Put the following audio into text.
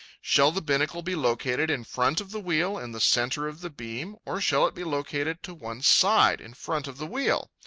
shall the binnacle be located in front of the wheel in the centre of the beam, or shall it be located to one side in front of the wheel?